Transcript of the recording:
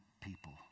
people